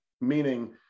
meaning